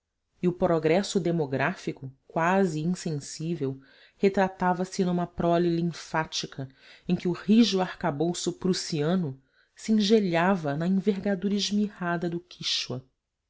e o progresso demográfico quase insensível retratava se numa prole linfática em que o rijo arcabouço prussiano se engelhava na envergadura esmirrada do